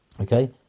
Okay